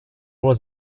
was